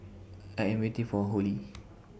I Am waiting For Hollie